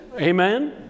Amen